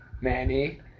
Manny